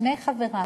שני חברי,